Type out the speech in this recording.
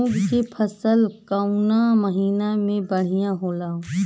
मुँग के फसल कउना महिना में बढ़ियां होला?